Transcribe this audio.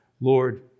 Lord